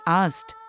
asked